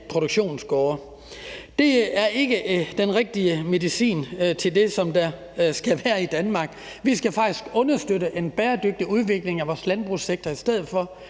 produktionsgårde. Det er ikke den rigtige medicin til at understøtte det, der skal være i Danmark. Vi skal faktisk understøtte en bæredygtig udvikling af vores landbrugssektor i stedet for.